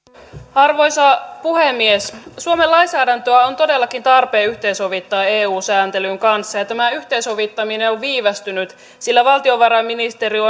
arvoisa puhemies suomen lainsäädäntöä on todellakin tarpeen yhteensovittaa eun sääntelyn kanssa tämä yhteensovittaminen on viivästynyt sillä valtiovarainministeriö